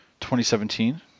2017